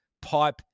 pipe